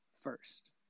first